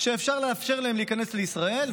שאפשר לאפשר להם להיכנס לישראל.